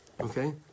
Okay